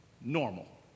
normal